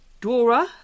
Dora